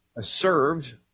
served